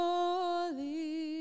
Holy